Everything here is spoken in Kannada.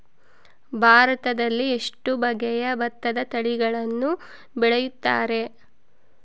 ಭಾರತದಲ್ಲಿ ಎಷ್ಟು ಬಗೆಯ ಭತ್ತದ ತಳಿಗಳನ್ನು ಬೆಳೆಯುತ್ತಾರೆ?